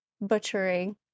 butchering